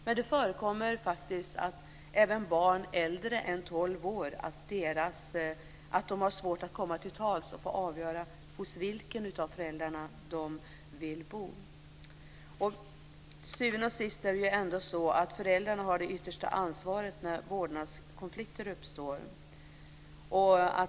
Men det förekommer faktiskt att även barn som är äldre än tolv år har svårt att få komma till tals och avgöra hos vilken av föräldrarna de vill bo. Till syvende och sist är det ändå föräldrarna som har det yttersta ansvaret när vårdnadskonflikter uppstår.